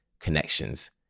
connections